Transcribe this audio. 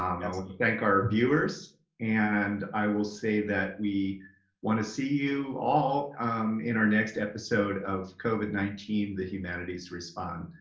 um now let me thank our viewers and i will say that we want to see you all in our next episode of covid nineteen the humanities respond.